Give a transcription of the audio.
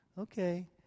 Okay